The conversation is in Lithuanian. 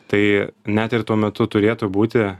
tai net ir tuo metu turėtų būti